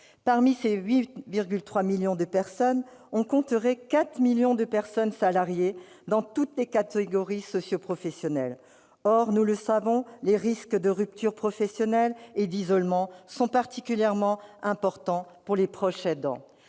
Parmi ces 8,3 millions de personnes, on compterait 4 millions de personnes salariées, dans toutes les catégories socioprofessionnelles. Or, nous le savons, les risques de ruptures professionnelles et d'isolement sont particulièrement importants pour les proches aidants.